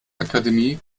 akademie